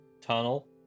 tunnel